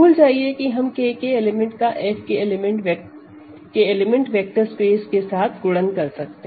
भूल जाइए कि हम K के एलिमेंट का F के एलिमेंट वेक्टर स्पेस के साथ गुणन कर सकते हैं